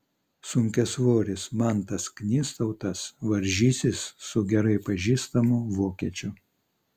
sunkiasvoris mantas knystautas varžysis su gerai pažįstamu vokiečiu